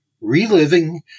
Reliving